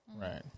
Right